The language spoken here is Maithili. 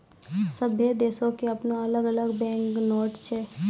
सभ्भे देशो के अपनो अलग बैंक नोट छै